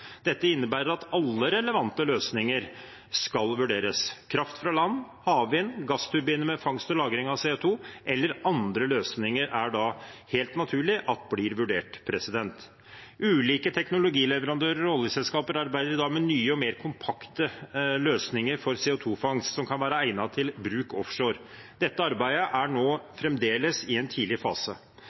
Dette innebærer at alle relevante løsninger skal vurderes. Kraft fra land, havvind, gassturbiner med fangst og lagring av CO 2 eller andre løsninger er da helt naturlig at blir vurdert. Ulike teknologileverandører og oljeselskaper arbeider i dag med nye og mer kompakte løsninger for CO 2 -fangst som kan være egnet til bruk offshore. Dette arbeidet er fremdeles i en tidlig fase.